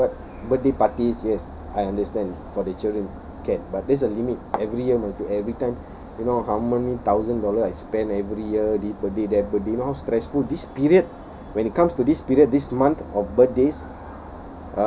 but birthday parties yes I understand for the children can but there's a limit every year must do every time you know how many thousand dollar I spend every year this birthday that birthday how stressful this period when it comes to this period this month of birthdays